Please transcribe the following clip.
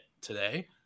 today